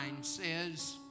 says